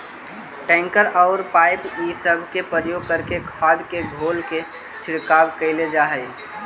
tanker औउर pipe इ सब के प्रयोग करके खाद के घोल के छिड़काव कईल जा हई